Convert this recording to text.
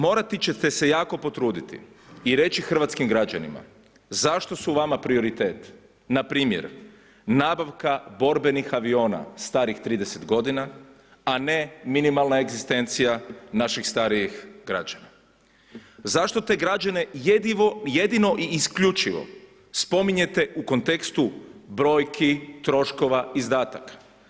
Morati ćete se jako potruditi i reći hrvatskim građanima zašto su vama prioriteti npr. nabavka borbenih aviona starih 30 godina, a ne minimalna egzistencija naših starijih građana, zašto te građane jedino i isključivo spominjete u kontekstu brojki, troškova izdataka?